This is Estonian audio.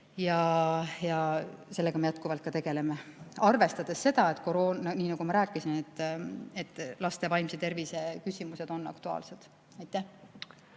ja sellega me jätkuvalt tegeleme – arvestades seda, nii nagu ma rääkisin, et laste vaimse tervise küsimused on aktuaalsed.